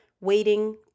waiting